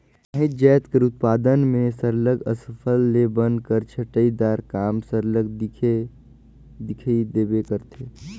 काहींच जाएत कर उत्पादन में सरलग अफसल ले बन कर छंटई दार काम सरलग दिखई देबे करथे